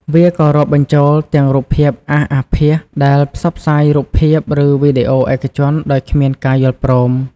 វាក៏រាប់បញ្ចូលទាំងរូបភាពអាសអាភាស ដែលផ្សព្វផ្សាយរូបភាព ឬវីដេអូឯកជនដោយគ្មានការយល់ព្រម។